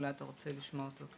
אולי אתה רוצה לשמוע אותו?